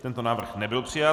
Tento návrh nebyl přijat.